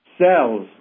cells